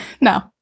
No